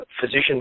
physician